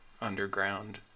underground